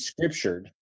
scriptured